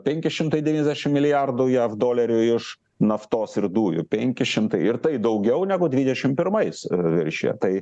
penki šimtai devyniasdešim milijardų jav dolerių iš naftos ir dujų penki šimtai ir tai daugiau negu dvidešim pirmais viršija tai